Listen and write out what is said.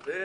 הזה,